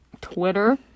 twitter